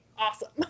Awesome